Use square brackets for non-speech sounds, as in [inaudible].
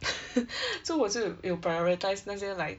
[breath] [noise] [breath] so 我就有 prioritise 那些 like